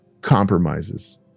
compromises